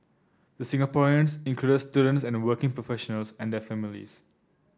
the Singaporeans included students and working professionals and their families